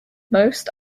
most